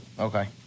Okay